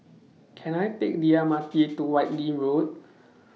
Can I Take The M R T to Whitley Road